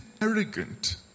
arrogant